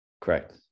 Correct